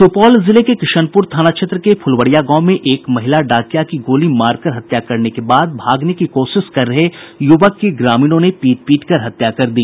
सुपौल जिले में किशनपुर थाना क्षेत्र के फुलवरिया गांव में एक महिला डाकिया की गोली मारकर हत्या करने के बाद भागने की कोशिश कर रहे युवक की ग्रामीणों ने पीट पीटकर हत्या कर दी